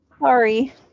sorry